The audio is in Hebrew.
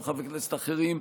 גם חברי כנסת אחרים,